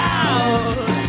out